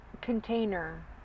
container